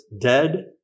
dead